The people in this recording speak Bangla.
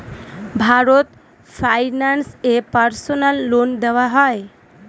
ভারত ফাইন্যান্স এ পার্সোনাল লোন দেওয়া হয়?